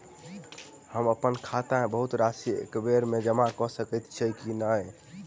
हम अप्पन खाता मे बहुत राशि एकबेर मे जमा कऽ सकैत छी की नै?